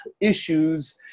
issues